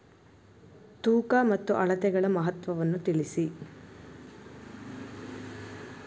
ತೂಕ ಮತ್ತು ಅಳತೆಗಳ ಮಹತ್ವವನ್ನು ತಿಳಿಸಿ?